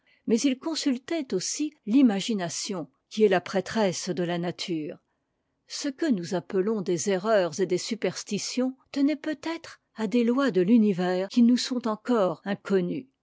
mais ils consultaient aussi l'imagination qui est la prêtresse de la nature ce que nous appelons des erreurs et des superstitions tenait peut-être à des lois de l'univers qui nous sont encore inconnues